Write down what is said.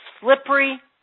slippery